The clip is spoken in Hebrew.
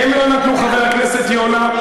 חבר הכנסת יונה,